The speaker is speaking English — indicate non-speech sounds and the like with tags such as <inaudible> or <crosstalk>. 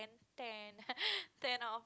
ten <laughs> ten out of